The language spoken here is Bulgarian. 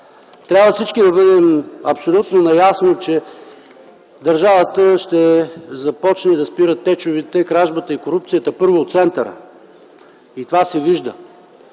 Трябва всички да бъдем абсолютно наясно, че държавата ще започне да спира течовете, кражбите и корупцията първо в центъра. И това се вижда.